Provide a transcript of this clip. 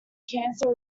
cancer